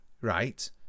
Right